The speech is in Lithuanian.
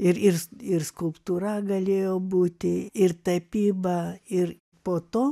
ir ir ir skulptūra galėjo būti ir tapyba ir po to